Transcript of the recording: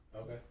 Okay